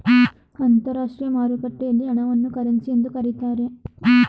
ಅಂತರಾಷ್ಟ್ರೀಯ ಮಾರುಕಟ್ಟೆಯಲ್ಲಿ ಹಣವನ್ನು ಕರೆನ್ಸಿ ಎಂದು ಕರೀತಾರೆ